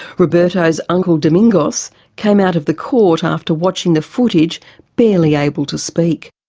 roberto's uncle domingos came out of the court after watching the footage barely able to speak.